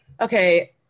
Okay